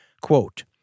quote